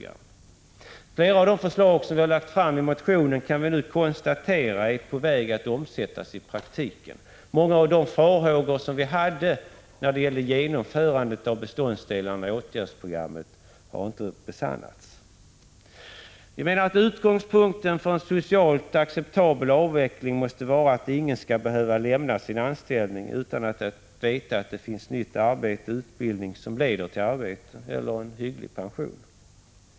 Vi kan nu konstatera att flera av de förslag som vi har lagt fram i motionen är på väg att omsättas i praktiken. Många av de farhågor som vi hade inför genomförandet av beståndsdelarna i åtgärdspaketet har inte besannats. Utgångspunkten för en socialt acceptabel avveckling måste vara att ingen skall behöva lämna sin anställning utan att veta att det finns nytt arbete, utbildning som leder till arbete eller en hygglig pension.